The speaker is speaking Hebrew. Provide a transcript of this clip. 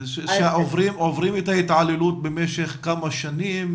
הם עוברים את ההתעללות במשך כמה שנים,